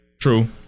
true